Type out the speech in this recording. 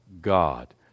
God